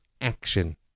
action